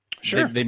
Sure